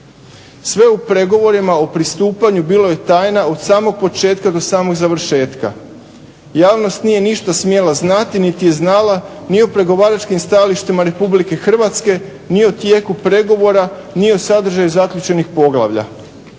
Sve u pregovorima o pristupanju bilo je tajna od samog početka do samog završetka, javnost nije ništa smjela znati niti je znala ni o pregovaračkim stajalištima Republike Hrvatske, ni o tijeku pregovora, ni o sadržaju zaključenih poglavlja.